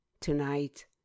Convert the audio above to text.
Tonight